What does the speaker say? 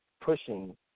pushing